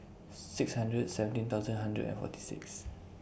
six hundred and seventeen thousand hundred and forty six